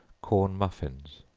corn muffins.